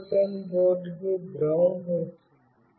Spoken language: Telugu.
జిఎస్ఎం బోర్డుకు గ్రౌండ్ వచ్చింది